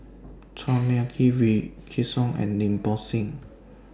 Chua Mia Tee Wykidd Song and Lim Bo Seng